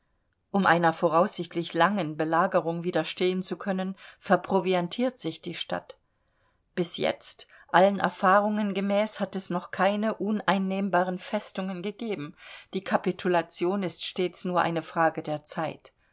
um einer voraussichtlich langen belagerung widerstehen zu können verproviantiert sich die stadt bis jetzt allen erfahrungen gemäß hat es noch keine uneinnehmbaren festungen gegeben die kapitulation ist stets nur eine frage der zeit